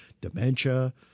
dementia